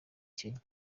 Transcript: kenya